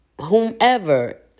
whomever